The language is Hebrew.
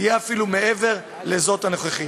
תהיה אפילו מעבר לזאת הנוכחית.